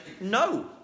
no